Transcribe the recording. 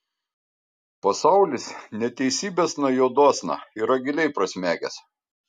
pasaulis neteisybėsna juodosna yra giliai prasmegęs